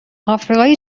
آفریقای